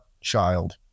child